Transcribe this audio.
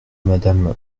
madame